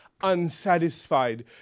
unsatisfied